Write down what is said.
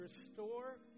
restore